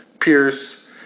Pierce